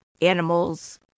animals